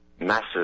massive